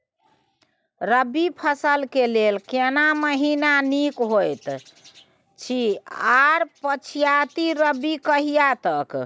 रबी फसल के लेल केना महीना नीक होयत अछि आर पछाति रबी कहिया तक?